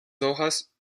hojas